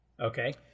Okay